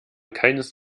keines